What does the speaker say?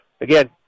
again